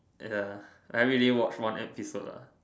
ya I everyday watch one episode lah